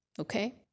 okay